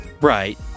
right